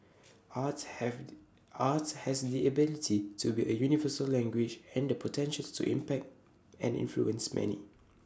arts have arts has the ability to be A universal language and the potential to impact and influence many